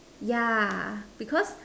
yeah because